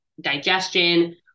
digestion